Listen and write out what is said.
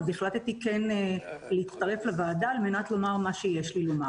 אז החלטתי כן להצטרף לוועדה על מנת לומר את מה שיש לי לומר.